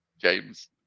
James